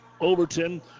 Overton